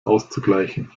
auszugleichen